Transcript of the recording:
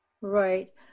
Right